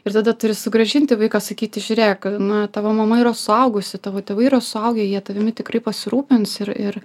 ir tada turi sugrąžinti vaiką sakyti žiūrėk na tavo mama yra suaugusi tavo tėvai yra suaugę jie tavimi tikrai pasirūpins ir ir